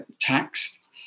taxed